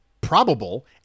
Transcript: probable